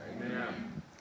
Amen